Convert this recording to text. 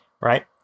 right